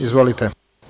Izvolite.